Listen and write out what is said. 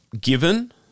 given